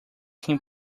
him